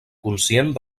conscient